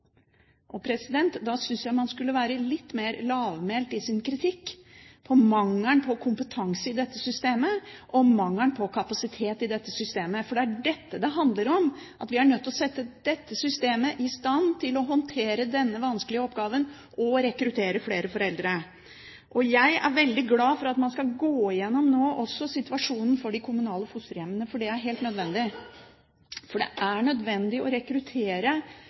Da synes jeg man skulle være litt mer lavmælt i sin kritikk mot mangelen på kompetanse i dette systemet og mangelen på kapasitet i dette systemet. For det er dette det handler om, at vi er nødt til å sette dette systemet i stand til å håndtere denne vanskelige oppgaven og rekruttere flere foreldre. Jeg er veldig glad for at man nå også skal gå gjennom situasjonen for de kommunale fosterhjemmene, for det er helt nødvendig. Det er nødvendig å rekruttere